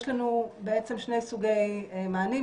יש שני סוגי מענים,